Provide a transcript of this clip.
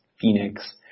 Phoenix